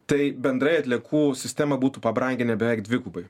tai bendrai atliekų sistemą būtų pabranginę beveik dvigubai